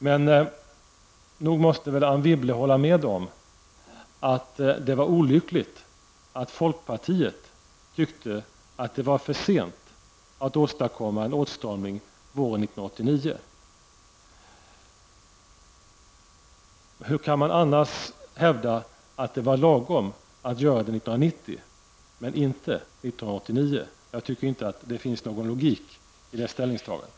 Men nog måste Anne Wibble hålla med om att det var olyckligt att folkpartiet tyckte att det var för sent att åstadkomma en åtstramning våren 1989. Hur kan man annars hävda att det var lagom att göra det 1990, men inte 1989? Jag tycker inte att det finns någon logik i det ställningstagandet.